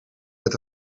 met